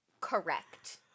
correct